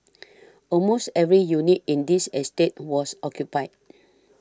almost every unit in this estate was occupied